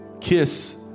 kiss